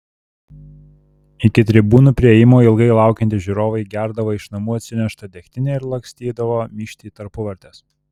iki tribūnų priėjimo ilgai laukiantys žiūrovai gerdavo iš namų atsineštą degtinę ir lakstydavo myžti į tarpuvartes